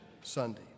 Sunday